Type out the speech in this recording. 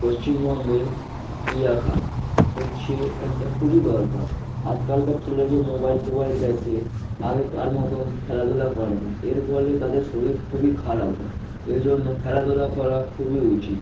পশ্চিমবঙ্গে ক্রিয়া খাত হচ্ছে একটা খুবই দরকার আজকালকার ছেলেরা যে মোবাইল ফোবাইল দেখে আগেকার মতন খেলাধুলা করে না এর ফলে তাদের শরীর খুবই খারাপ হয় এই জন্য খেলাধুলা করা খুবই উচিত